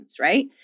right